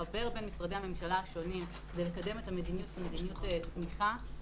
לחבר בין משרדי הממשלה השונים ולקדם את המדיניות כמדיניות תמיכה.